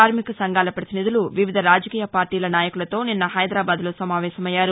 కార్మిక సంఘాల ప్రతినిధులు వివిధ రాజకీయ పార్లీల నాయకులతో నిన్న హైదరాబాద్లో సమావేశమయ్యారు